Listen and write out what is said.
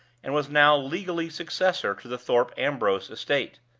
and was now legally successor to the thorpe ambrose estate.